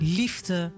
liefde